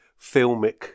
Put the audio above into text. filmic